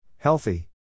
Healthy